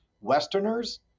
Westerners